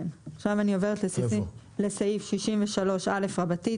כן, עכשיו אני עוברת סעיף 63 א' רבתי.